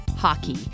hockey